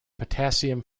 potassium